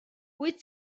wyt